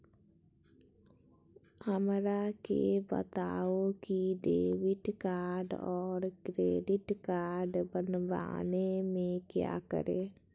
हमरा के बताओ की डेबिट कार्ड और क्रेडिट कार्ड बनवाने में क्या करें?